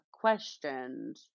questioned